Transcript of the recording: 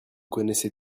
connaissez